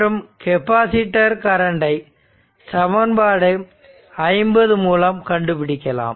மற்றும் கெபாசிட்டர் கரண்டை சமன்பாடு 50 மூலம் கண்டுபிடிக்கலாம்